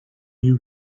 you